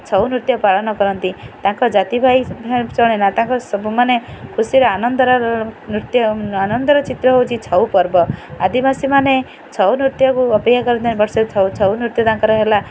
ଛଉ ନୃତ୍ୟ ପାଳନ କରନ୍ତି ତାଙ୍କ ଜାତିଭାଇ ଚଳେନା ତାଙ୍କ ସବୁ ମାନେ ଖୁସିରେ ଆନନ୍ଦରେ ନୃତ୍ୟ ଆନନ୍ଦର ଚିତ୍ର ହେଉଛି ଛଉ ପର୍ବ ଆଦିବାସୀମାନେ ଛଉ ନୃତ୍ୟକୁ ଅପେକ୍ଷା କରିଥାନ୍ତି ବର୍ଷେ ଛଉ ନୃତ୍ୟ ତାଙ୍କର ହେଲା